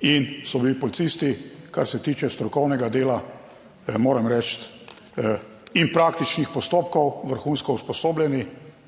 in so bili policisti, kar se tiče strokovnega dela, moram reči, in praktičnih postopkov vrhunsko usposobljeni.